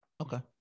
okay